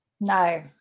No